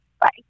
Bye